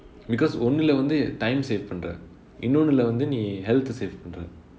because ஒன்னுளை வந்து:onnulai vanthu time save பண்றே இன்னோருளே வந்து நீ:pandrae innorulae vanthu nee health save பண்றே:pandrae